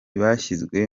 bashyizwe